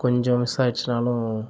கொஞ்சம் மிஸ் ஆகிடிச்சினாலும்